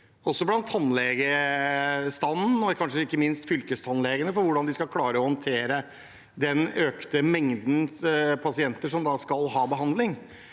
minst blant fylkestannlegene for hvordan de skal klare å håndtere den økte mengden pasienter som skal ha behandling.